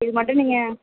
இது மட்டும் நீங்கள்